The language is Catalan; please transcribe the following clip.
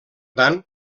tant